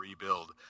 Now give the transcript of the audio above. rebuild